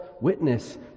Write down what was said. witness